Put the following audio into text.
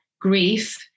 grief